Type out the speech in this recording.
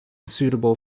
suitable